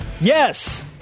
Yes